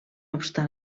obstant